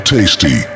Tasty